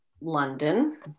london